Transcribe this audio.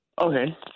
Okay